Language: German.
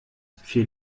viel